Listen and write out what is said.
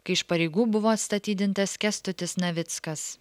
kai iš pareigų buvo atstatydintas kęstutis navickas